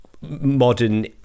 modern